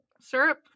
syrup